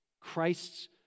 Christ's